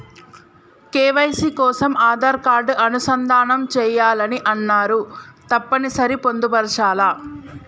KYC కోసం Aadhaar card అనుసంధానం చేయాలని అన్నరు తప్పని సరి పొందుపరచాలా?